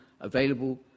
available